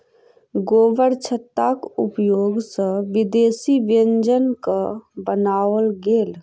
गोबरछत्ताक उपयोग सॅ विदेशी व्यंजनक बनाओल गेल